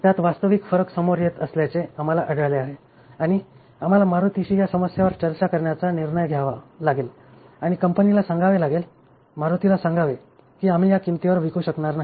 त्यात वास्तविक फरक समोर येत असल्याचे आम्हाला आढळले आहे आणि आम्हाला मारुतीशी या समस्येवर चर्चा करण्याचा निर्णय घ्यावा लागेल आणि कंपनीला सांगावे लागेल मारुतीला सांगावे की आम्ही ह्या किंमतीवर विकू शकणार नाही